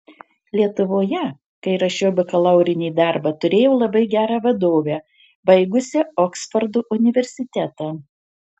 lietuvoje kai rašiau bakalaurinį darbą turėjau labai gerą vadovę baigusią oksfordo universitetą